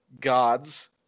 gods